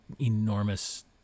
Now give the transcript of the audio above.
enormous